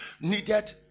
needed